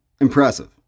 impressive